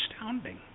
astounding